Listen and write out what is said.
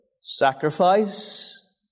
sacrifice